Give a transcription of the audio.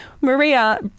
Maria